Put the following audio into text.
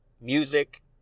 music